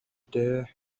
дээ